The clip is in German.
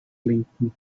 lenken